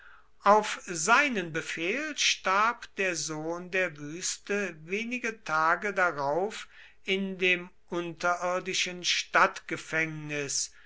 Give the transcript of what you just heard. auf seinen befehl starb der sohn der wüste wenige tage darauf in dem unterirdischen